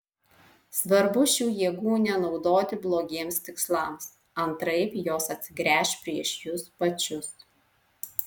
svarbu šių jėgų nenaudoti blogiems tikslams antraip jos atsigręš prieš jus pačius